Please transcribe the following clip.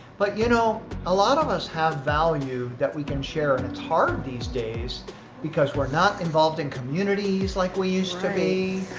but, you know a lot of us have value that we can share and it's hard these days because we're not involved in communities like we used to be.